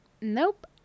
Nope